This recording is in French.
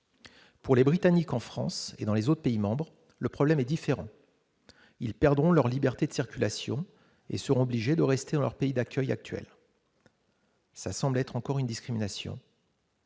Pour les Britanniques, en France et dans les autres pays membres, le problème est différent, ils perdront leur liberté de circulation et seront obligés de rester dans leur pays d'accueil actuelles. ça semble être encore une discrimination.